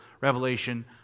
revelation